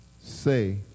Say